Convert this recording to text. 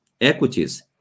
equities